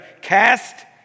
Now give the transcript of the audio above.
cast